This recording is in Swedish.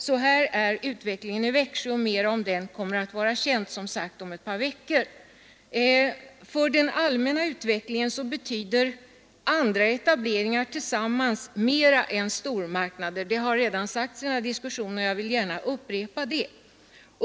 Sådan är utvecklingen i Växjö, och mera om den kommer som sagt att vara känt om ett par veckor. För den allmänna utvecklingen betyder andra etableringar tillsammans mera än stormarknader. Det har redan sagts i den här diskussionen, och jag vill gärna upprepa det.